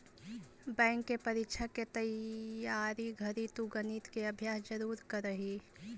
bank के परीक्षा के तइयारी घड़ी तु गणित के अभ्यास जरूर करीह